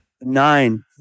nine